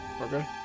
Okay